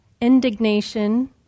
indignation